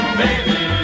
baby